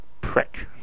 prick